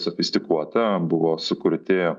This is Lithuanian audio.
sofistikuota buvo sukurti